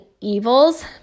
evils